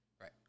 Right